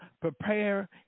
prepare